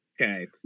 Okay